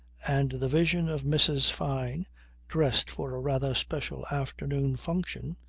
and the vision of mrs. fyne dressed for a rather special afternoon function,